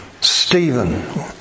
Stephen